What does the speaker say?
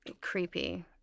creepy